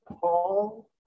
Paul